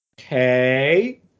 okay